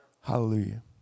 Hallelujah